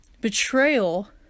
Betrayal